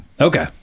Okay